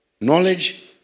Knowledge